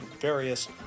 various